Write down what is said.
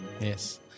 Yes